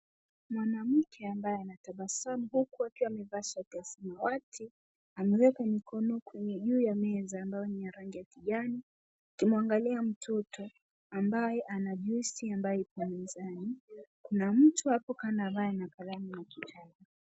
Mwanamke ambaye anatabasamu huku akiwa amevaa shati ya samawati ameweka mkono kwenye juu ya meza ambayo ni ya rangi ya kijani akimuangalia mtoto ambaye anajusi ambayo ipo mezani, kuna mtu hapo ambaye ana kalamu na kitabu.